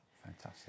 Fantastic